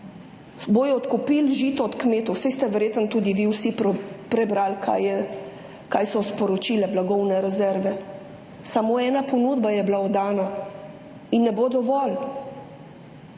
dobro, odkupili bodo žito od kmetov! Saj ste verjetno tudi vi vsi prebrali, kaj so sporočile blagovne rezerve. Samo ena ponudba je bila oddana in ne bo dovolj.